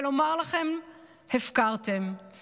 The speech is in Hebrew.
ולומר לכם: הפקרתם, לומר לכם: נכשלתם.